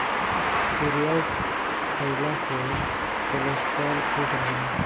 cereals खइला से cholesterol ठीक रहेला